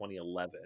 2011